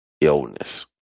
illness